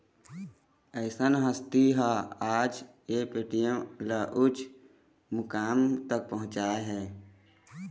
अइसन हस्ती ह आज ये पेटीएम ल उँच मुकाम तक पहुचाय हे